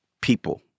people